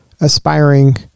aspiring